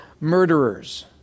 Murderers